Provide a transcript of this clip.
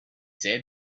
said